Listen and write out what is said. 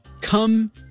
come